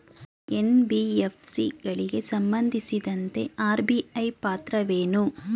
NBFC ಗಳಿಗೆ ಸಂಬಂಧಿಸಿದಂತೆ RBI ಪಾತ್ರವೇನು?